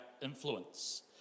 influence